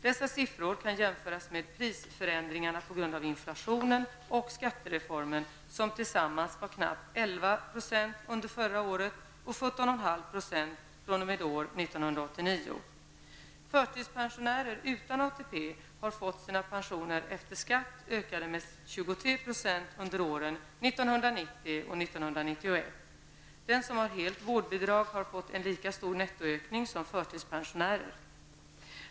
Dessa siffror kan jämföras med prisförändringarna på grund av inflationen och skattereformen som tillsammans var knappt 11 % under förra året och ca 17,5 % Förtidspensionärer utan ATP har fått sina pensioner efter skatt ökade med 23 % under åren 1990 och 1991. Den som har helt vårdbidrag har fått en lika stor nettoökning som förtidspensionären.